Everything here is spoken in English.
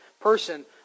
person